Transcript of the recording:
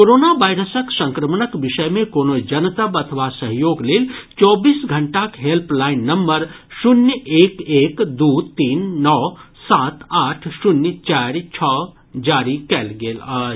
corona वायरसक संक्रमणक विषय मे कोनो जनतब अथवा सहयोग लेल चौबीस घंटाक हेल्पलाईन नम्बर शून्य एक एक दू तीन नओ सात आठ शून्य चारि छओ जारी कयल गेल अछि